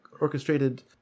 orchestrated